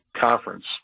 conference